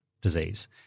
disease